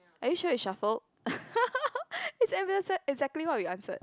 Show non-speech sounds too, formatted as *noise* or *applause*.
are you sure you shuffled *laughs* is exactly what we answered